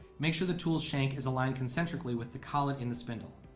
make sure the tools shank is aligned concentrically with the collet in the spindle.